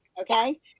Okay